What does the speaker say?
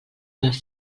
les